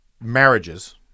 marriages